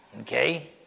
Okay